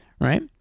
right